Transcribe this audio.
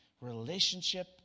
relationship